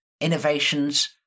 innovations